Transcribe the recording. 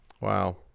Wow